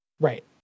Right